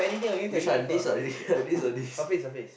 which one this or this or this